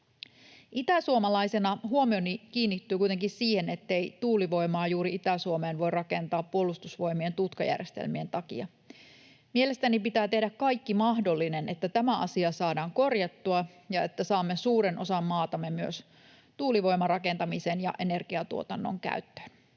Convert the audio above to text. Itäsuomalaisena huomioni kiinnittyy kuitenkin siihen, ettei tuulivoimaa juuri Itä-Suomeen voi rakentaa Puolustusvoimien tutkajärjestelmien takia. Mielestäni pitää tehdä kaikki mahdollinen, että tämä asia saadaan korjattua ja että saamme suuren osan maatamme myös tuulivoimarakentamisen ja energiatuotannon käyttöön.